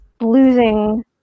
losing